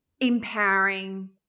empowering